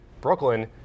Brooklyn